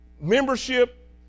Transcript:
membership